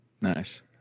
Nice